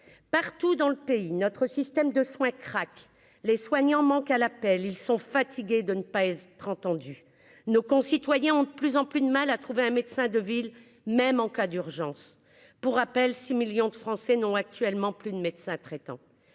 partout dans le pays, notre système de soins craque les soignants manquent à l'appel, ils sont fatigués de ne pèse 30, tendu, nos concitoyens ont de plus en plus de mal à trouver un médecin de ville, même en cas d'urgence, pour rappel, 6 millions de Français n'ont actuellement plus de médecin traitant